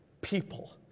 people